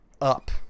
up